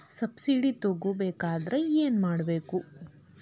Subsidy ತಗೊಬೇಕಾದರೆ ಏನು ಮಾಡಬೇಕು?